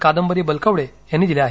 कादंबरी बलकवडे यांनी दिले आहेत